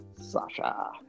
Sasha